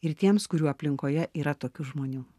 ir tiems kurių aplinkoje yra tokių žmonių